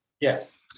Yes